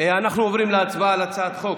אנחנו עוברים להצבעה על הצעת החוק,